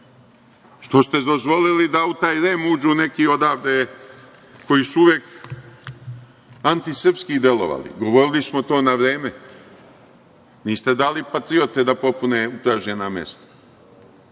Što ste dozvoliti da u taj REM uđu neki odavde koji su uvek antisrpski delovali? Govorili smo to na vreme. Niste dali patriote da popune upražnjena mesta,